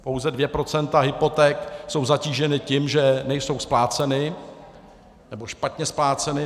Pouze dvě procenta hypoték jsou zatížena tím, že nejsou spláceny nebo jsou špatně spláceny.